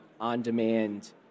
on-demand